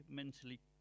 mentally